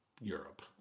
Europe